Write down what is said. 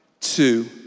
two